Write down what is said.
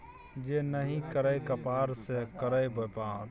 जे नहि करय कपाड़ से करय बेपार